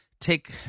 take